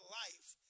life